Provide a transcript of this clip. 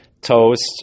Toast